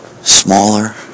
smaller